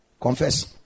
Confess